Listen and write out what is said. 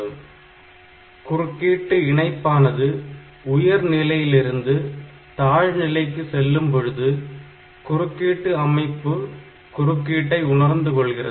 அதாவது குறுக்கீட்டு இணைப்பானது உயர் நிலையிலிருந்து தாழ் நிலைக்கு செல்லும் பொழுது குறுக்கீட்டு அமைப்பு குறுக்கீட்டை உணர்ந்து கொள்கிறது